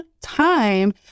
time